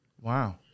Wow